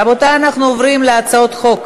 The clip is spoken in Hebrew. רבותי, אנחנו עוברים להצעות חוק.